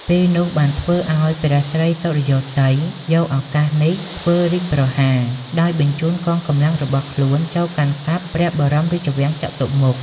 ពេលនោះបានធ្វើឱ្យ ព្រះស្រីសុរិយោទ័យ យកឱកាសនេះធ្វើរាជប្រហារ ដោយបញ្ចូនកងកម្លាំងរបស់ខ្លួនចូលកាន់កាប់ ព្រះបរមរាជវាំងចតុមុខ ។